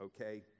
okay